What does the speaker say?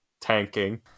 tanking